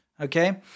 Okay